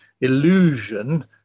illusion